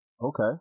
Okay